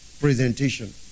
presentation